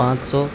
پانچ سو